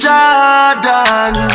Jordan